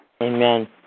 Amen